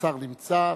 השר נמצא.